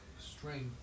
strength